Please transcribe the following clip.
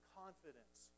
confidence